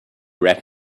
red